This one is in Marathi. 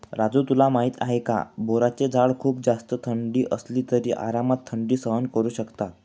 राजू तुला माहिती आहे का? बोराचे झाड खूप जास्त थंडी असली तरी आरामात थंडी सहन करू शकतात